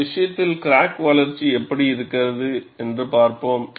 இந்த விஷயத்தில் கிராக் வளர்ச்சி எப்படி இருக்கிறது என்று பார்ப்போம்